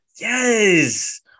Yes